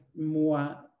more